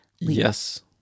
Yes